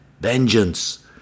vengeance